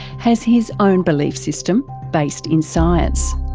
has his own belief system based in science.